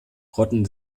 rotten